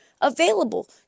available